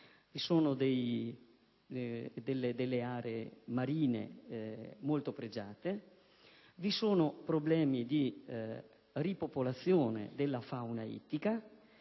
infatti delle aree marine molto pregiate; vi sono problemi di ripopolazione della fauna ittica;